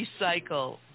recycle